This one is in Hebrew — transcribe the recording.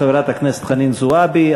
חברת הכנסת חנין זועבי.